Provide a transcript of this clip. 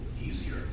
easier